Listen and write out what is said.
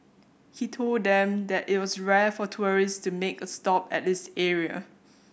he told them that it was rare for tourists to make a stop at this area